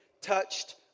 touched